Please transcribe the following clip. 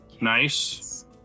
Nice